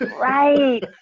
right